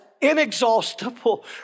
inexhaustible